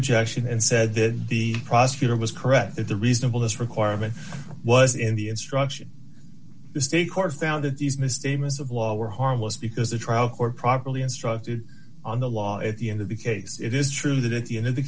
objection and said that the prosecutor was correct that the reasonable this requirement was in the instruction the state court found that these misstatements of law were harmless because the trial court properly instructed on the law at the end of the case it is true that at the end of the